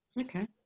Okay